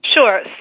Sure